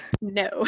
No